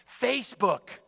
Facebook